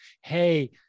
Hey